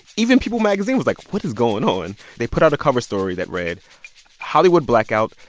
even people magazine was like, what is going on? they put out a cover story that read hollywood blackout.